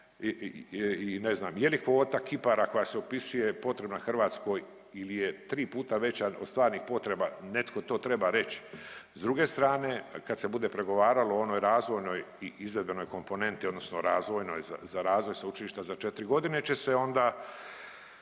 i ne znam je li kvota kipara koja se upisuje potrebna Hrvatskoj ili je 3 puta veća od stvarnih potreba netko to treba reći. S druge strane kad se bude pregovaralo o onoj razvojnoj i izvedbenoj komponenti odnosno razvojnoj za razvoj sveučilišta za 4 godine će se onda